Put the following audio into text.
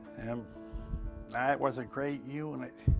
and that was a great unit.